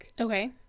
okay